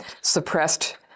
suppressed